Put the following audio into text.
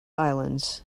islands